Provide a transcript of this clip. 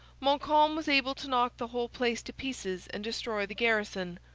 montcalm was able to knock the whole place to pieces and destroy the garrison.